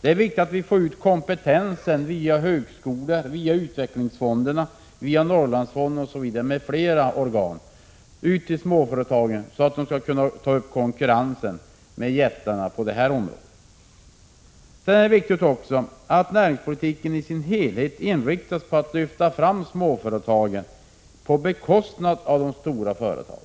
Det är viktigt att vi får ut kompetensen via högskolor, utvecklingsfonder och Norrlandsfonden m.fl. organ till småföretagen, så att de kan ta upp konkurrensen med jättarna på detta område. Det är också viktigt att näringspolitiken i sin helhet inriktas på att lyfta fram småföretagen på bekostnad av de stora företagen.